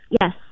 Yes